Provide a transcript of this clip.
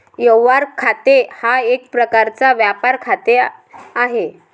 व्यवहार खाते हा एक प्रकारचा व्यापार खाते आहे